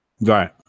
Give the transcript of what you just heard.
right